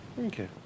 Okay